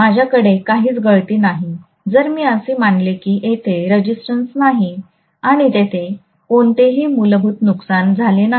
माझ्याकडे काहीच गळती नाही जर मी असे मानले की तेथे रेजिस्टन्स नाही आणि तेथे कोणतेही मूलभूत नुकसान झाले नाही